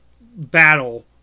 battle